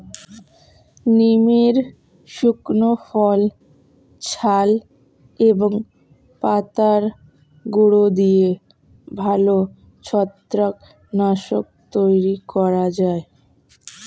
নিমের শুকনো ফল, ছাল এবং পাতার গুঁড়ো দিয়ে ভালো ছত্রাক নাশক তৈরি করা যায়